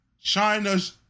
China's